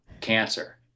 cancer